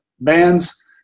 bands